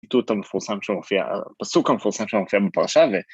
הציטוט המפורסם שמופיע, הפסוק המפורסם שמופיע בפרשה.